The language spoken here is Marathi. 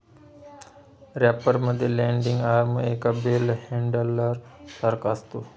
रॅपर मध्ये लँडिंग आर्म एका बेल हॅण्डलर सारखा असतो